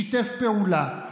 שיתף פעולה,